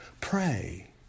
Pray